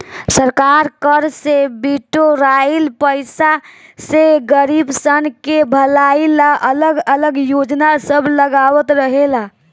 सरकार कर से बिटोराइल पईसा से गरीबसन के भलाई ला अलग अलग योजना सब लगावत रहेला